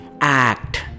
act